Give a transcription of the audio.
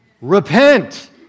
Repent